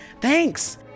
Thanks